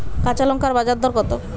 কাঁচা লঙ্কার বাজার দর কত?